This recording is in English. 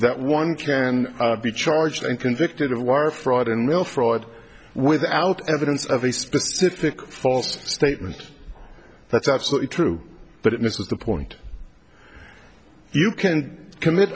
that one can be charged and convicted of wire fraud and mail fraud without evidence of a specific false statement that's absolutely true but it misses the point you can't commit